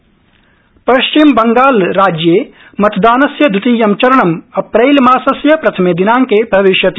विधानसभा निर्वाचनम पश्चिम बंगाल राज्ये मतदानस्य दवितीयं चरणं अप्रैलमासस्य प्रथमे दिनांके भविष्यति